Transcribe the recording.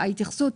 ההתייחסות,